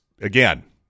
again